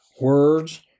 words